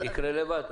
יקרה לבד.